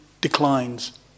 declines